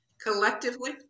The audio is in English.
Collectively